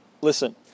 listen